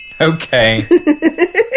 Okay